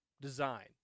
design